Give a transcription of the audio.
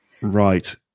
right